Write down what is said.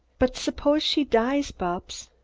but suppose she dies, bupps?